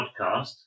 podcast